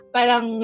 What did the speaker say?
Parang